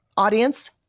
audience